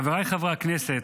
חבריי חברי הכנסת,